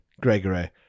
Gregory